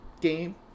game